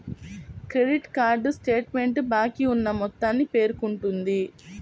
credit card statement బాకీ ఉన్న మొత్తాన్ని పేర్కొంటుంది